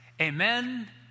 amen